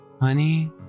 Honey